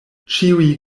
ĉiuj